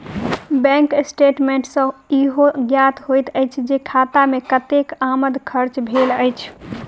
bank statement सॅ ईहो ज्ञात होइत अछि जे खाता मे कतेक के आमद खर्च भेल अछि